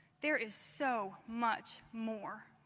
there is so much more.